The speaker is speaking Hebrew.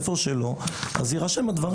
איפה שלא, אז יירשמו הדברים.